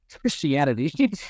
christianity